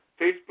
Facebook